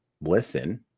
listen